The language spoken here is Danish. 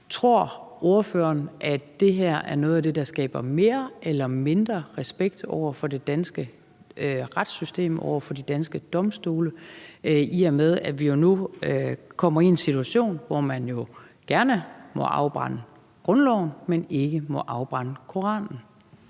Tror ordføreren, at det her er noget af det, der skaber mere eller mindre respekt for det danske retssystem og for de danske domstole, i og med at vi nu kommer i en situation, hvor man jo gerne må afbrænde grundloven, men ikke må afbrænde Koranen?